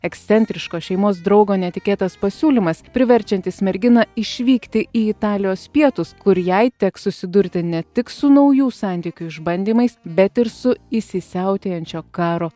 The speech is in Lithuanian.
ekscentriškos šeimos draugo netikėtas pasiūlymas priverčiantis merginą išvykti į italijos pietus kur jai teks susidurti ne tik su naujų santykių išbandymais bet ir su įsisiautėjančio karo